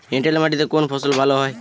এঁটেল মাটিতে কোন ফসল ভালো হয়?